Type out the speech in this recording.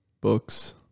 books